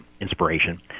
inspiration